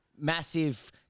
massive